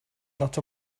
not